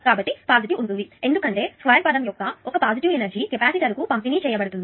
కాబట్టి పాజిటివ్ ఉంటుంది ఎందుకంటే స్క్వేర్ పదం యొక్క ఒక పాజిటివ్ ఎనర్జీ కెపాసిటర్కు పంపిణీ చేయబడుతుంది